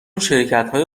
شرکتهای